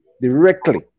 directly